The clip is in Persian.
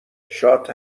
شاد